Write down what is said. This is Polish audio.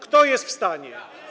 Kto jest w stanie?